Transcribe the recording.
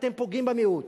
אתם פוגעים במיעוט.